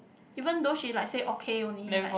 even though she like say okay only like